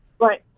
Right